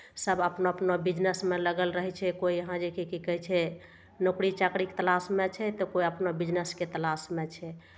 सभ अपना अपना बिजनेसमे लगल रहै छै कोइ यहाँ जेकि की कहै छै नौकरी चाकरीके तलाशमे छै तऽ कोइ अपना बिजनेसके तलाशमे छै